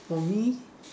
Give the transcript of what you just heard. for me